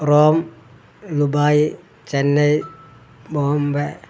Rome Dubai Chennai Bombay